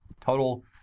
Total